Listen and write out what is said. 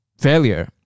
failure